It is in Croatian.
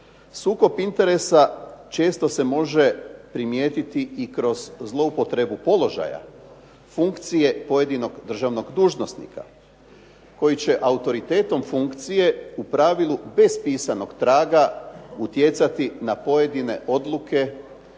Sukob interesa često se može primijetiti i kroz zloupotrebu položaja, funkcije pojedinog državnog dužnosnika koji će autoritetom funkcije u pravilu bez pisanog traga utjecati na pojedine odluke